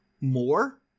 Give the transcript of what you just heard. more